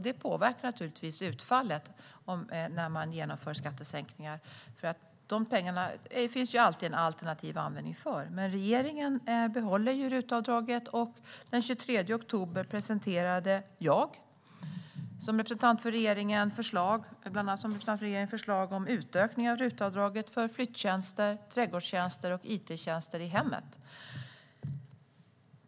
Det påverkar naturligtvis utfallet när man genomför skattesänkningar, och det finns ju alltid en alternativ användning för pengarna. Men regeringen behåller RUT-avdraget. Den 23 oktober presenterade jag som representant för regeringen förslag om utökning av RUT-avdraget för flyttjänster, trädgårdstjänster och it-tjänster i hemmet.